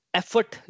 effort